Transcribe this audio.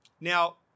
Now